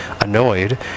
Annoyed